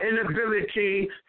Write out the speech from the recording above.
inability